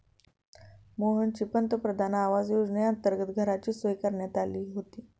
मोहनची पंतप्रधान आवास योजनेअंतर्गत घराची सोय करण्यात आली होती